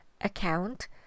account